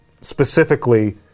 specifically